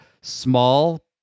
small